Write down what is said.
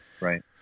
Right